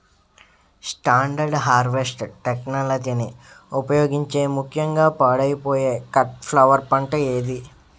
Standard harvest టెక్నాలజీని ఉపయోగించే ముక్యంగా పాడైపోయే కట్ ఫ్లవర్ పంట ఏది?